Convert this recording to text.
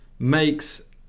makes